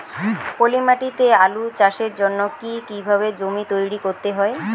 পলি মাটি তে আলু চাষের জন্যে কি কিভাবে জমি তৈরি করতে হয়?